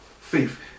faith